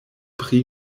pri